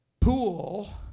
pool